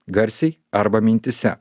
garsiai arba mintyse